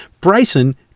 Bryson